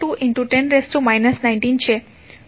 60210 19 છે